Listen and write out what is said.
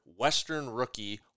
WESTERNROOKIE